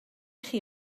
chi